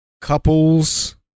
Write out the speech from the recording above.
couples